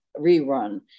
rerun